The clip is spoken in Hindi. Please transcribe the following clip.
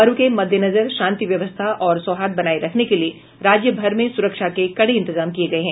पर्व के मद्देनजर शांति व्यवस्था और सौहार्द बनाए रखने के लिए राज्य भर में सुरक्षा के कड़े इंतजाम किये गये हैं